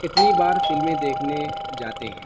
کتنی بار فلمیں دیکھنے جاتے ہیں